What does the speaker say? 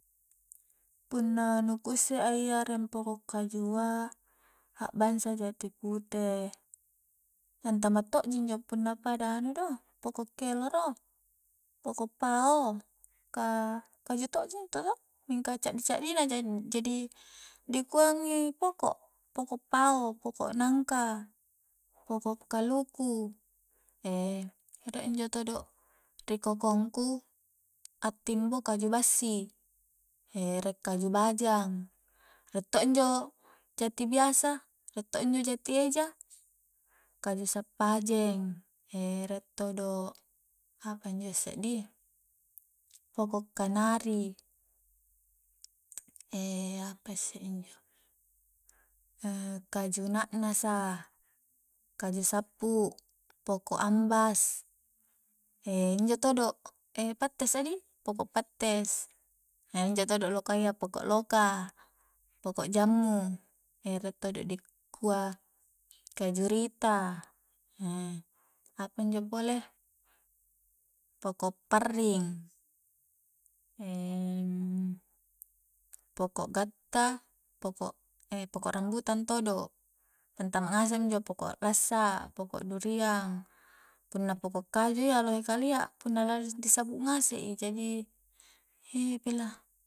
Punna nu ku usse a iyya areng poko'kajua a'bangsa jati pute antama to' ji injo punna pada anu do poko'keloro, poko' pao' ka kaju to'ji intu to'mingka caddi-caddi na ja jadi dikuangi poko', poko' pao', poko' nangka', poko' kaluku ri injo todo' ri kokongku a'timbo kaju bassi rie kaju bajang, rie to' injo jati biasa, rie to' injo jati eja kaju sappajeng rie todo apa injo isse di, poko' kanari, apa isse injo kaju na'nasa kaju sappu, poko' ambas injo todo' pattes a dih poko' pattest, injo todo' lokayya poko' loka, poko' jammu rie todo dikua kaju rita apanjo pole poko' parring poko' gatta poko' poko' rambutan todo' pantama ngasek minjo poko' lassa, poko' duriang, punna poko' kaju iya lohe kalia punna la risabbu ngasek i jadi bela